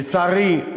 לצערי,